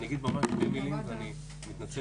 אגיד ממש במילים, ואני מתנצל.